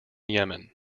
yemen